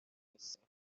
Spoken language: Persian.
نیستیم